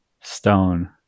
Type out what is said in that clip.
stone